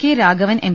K Raghavan M